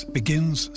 begins